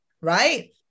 right